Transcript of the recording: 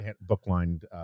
book-lined